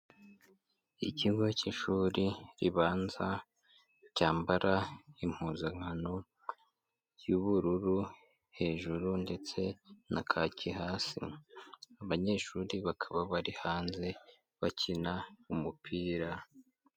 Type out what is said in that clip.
Ikigo cy'ishuri ribanza cyambara impuzankano y'ubururu hejuru ndetse na kake hasi, abanyeshuri bakaba bari hanze bakina umupira.